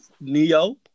Neo